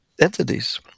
entities